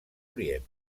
orient